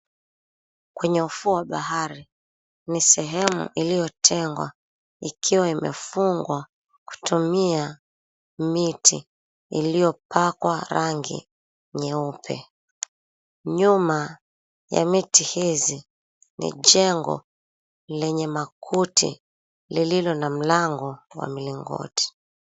Kwenye ufuo wa bahari ni sehemu iliyotengwa ikiwa imefungwa kutumia miti iliyopakwa rangi nyeupe. Nyuma ya miti hizi ni jengo lenye makuti lililo na mlango wa mlingoti.